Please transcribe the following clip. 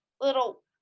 little